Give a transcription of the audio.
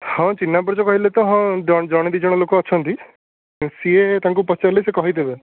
ହଁ ଚିହ୍ନା ପରିଚ କହିଲେ ତ ହଁ ଜଣ ଜଣେ ଦୁଇ ଜଣ ଲୋକ ଅଛନ୍ତି ସିଏ ତାଙ୍କୁ ପଚାରିଲେ ସେ କହି ଦେବେ